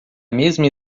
mesma